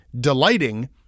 delighting